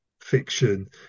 fiction